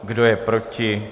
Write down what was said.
Kdo je proti?